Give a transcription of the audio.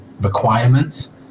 requirements